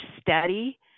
steady